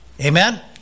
Amen